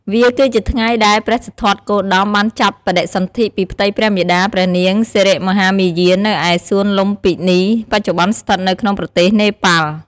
វាគឺជាថ្ងៃដែល ព្រះសិទ្ធត្ថគោតម បានចាប់បដិសន្ធិពីផ្ទៃព្រះមាតាព្រះនាងសិរិមហាមាយា នៅឯ សួនលុម្ពិនី បច្ចុប្បន្នស្ថិតនៅក្នុងប្រទេសនេប៉ាល់។